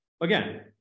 again